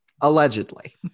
allegedly